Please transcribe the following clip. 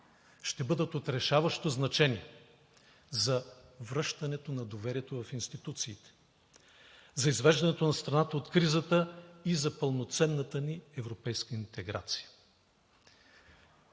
ще бъдат от решаващо значение за връщането на доверието в институциите, за извеждането на страната от кризата и за пълноценната ни европейска интеграция.